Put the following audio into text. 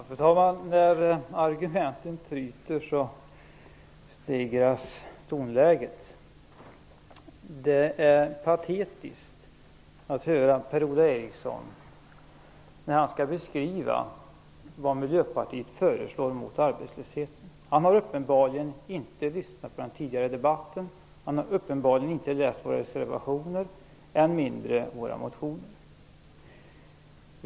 Fru talman! När argumenten tryter stegras tonläget. Det är patetiskt att höra Per-Ola Eriksson när han skall beskriva vad Miljöpartiet föreslår mot arbetslösheten. Han har uppenbarligen inte lyssnat på den tidigare debatten. Han har uppenbarligen inte läst våra reservationer, än mindre våra motioner.